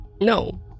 No